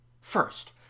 First